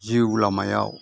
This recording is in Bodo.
जिउ लामायाव